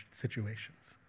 situations